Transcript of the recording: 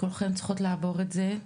כולכן צריכות לעבור את זה.